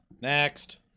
Next